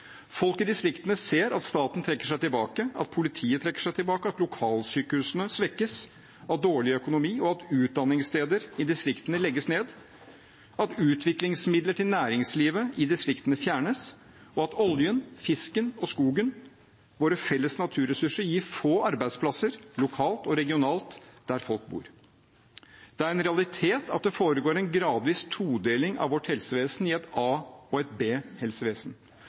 Folk i distriktene ser at staten trekker seg tilbake, at politiet trekker seg tilbake, at lokalsykehusene svekkes av dårlig økonomi, at utdanningssteder i distriktene legges ned, at utviklingsmidler til næringslivet i distriktene fjernes, og at oljen, fisken og skogen – våre felles naturressurser – gir få arbeidsplasser lokalt og regionalt der folk bor. Det er en realitet at det foregår en gradvis todeling av vårt helsevesen i et a- og et